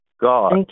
God